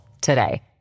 today